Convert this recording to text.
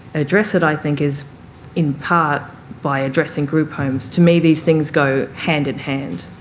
address it, i think, is in part, by addressing group homes. to me these things go hand in hand,